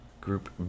Group